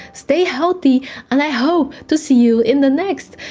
stay healthy and i hope to see you in the next.